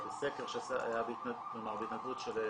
סקר שהיה בהתנדבות של זוכים,